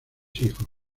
hijos